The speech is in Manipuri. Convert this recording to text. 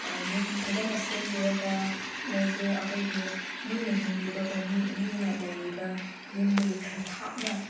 ꯌꯨꯝ ꯐꯖꯅ ꯁꯦꯝꯕꯤꯔꯒ ꯃꯣꯏꯁꯦ ꯑꯩꯈꯣꯏꯒꯤ ꯃꯤꯅ ꯍꯤꯡꯂꯤꯕꯒꯨꯝ ꯃꯤ ꯃꯤꯅ ꯂꯩꯔꯤꯕ ꯌꯨꯝꯗꯒꯤ ꯈꯔ ꯊꯥꯞꯅ